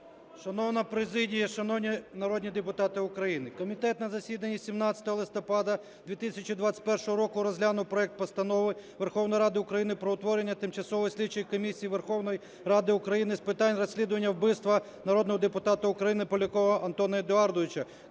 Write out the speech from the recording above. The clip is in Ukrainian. Шановна Президія, шановні народні депутати України, комітет на засіданні 17 листопада 2021 року розглянув проект Постанови Верховної Ради України про утворення Тимчасової слідчої комісії Верховної Ради України з питань розслідування вбивства народного депутата України Полякова Антона Едуардовича